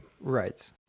Right